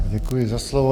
Děkuji za slovo.